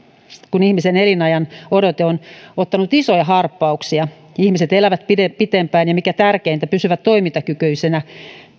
kun ihmisen elinajanodote on ottanut isoja harppauksia ihmiset elävät pidempään ja mikä tärkeintä pysyvät toimintakykyisinä